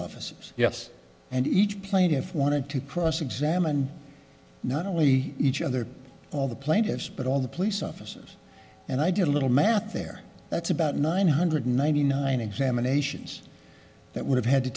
officers yes and each plaintiff wanted to cross examine not only each other all the plaintiffs but all the police officers and i did a little math there that's about nine hundred ninety nine examinations that would have had to